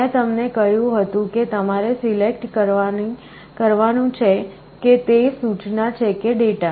મેં તમને કહ્યું હતું કે તમારે સિલેક્ટ કરવાનું છે કે તે સૂચના છે કે ડેટા